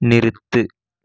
நிறுத்து